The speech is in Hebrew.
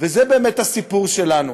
וזה באמת הסיפור שלנו.